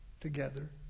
together